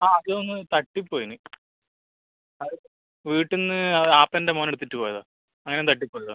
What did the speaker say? ആ അത് ഒന്ന് തട്ടിപ്പോയിന് ആത് വീട്ടിൽനിന്ന് അത് ആപ്പൻ്റെ മകൻ എടുത്തിട്ട് പോയതാ അങ്ങനെ തട്ടിപ്പോയതാ